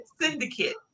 Syndicate